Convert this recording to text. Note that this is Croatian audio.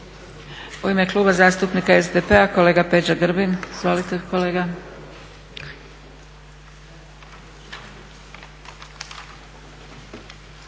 U ime Kluba zastupnika SDP-a kolega Peđa Grbin. Izvolite kolega.